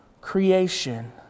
creation